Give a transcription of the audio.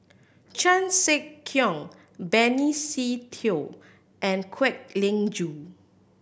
Chan Sek Keong Benny Se Teo and Kwek Leng Joo